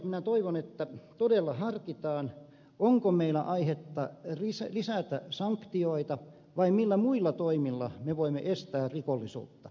minä toivon että todella harkitaan onko meillä aihetta lisätä sanktioita vai millä muilla toimilla voimme estää rikollisuutta